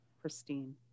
pristine